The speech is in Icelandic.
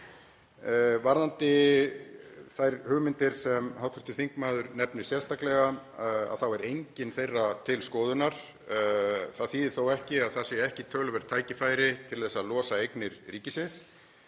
Varðandi þær hugmyndir sem hv. þingmaður nefnir sérstaklega þá er engin þeirra til skoðunar. Það þýðir þó ekki að það séu ekki töluverð tækifæri til að losa eignir ríkisins